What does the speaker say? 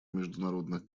международных